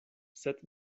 sed